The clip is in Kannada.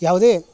ಯಾವುದೇ